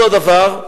אותו דבר,